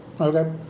Okay